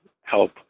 help